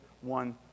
one